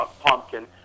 pumpkin